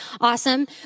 Awesome